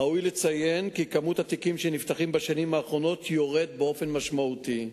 ראוי לציין כי מספר התיקים שנפתחים בשנים האחרונות יורד באופן משמעותי.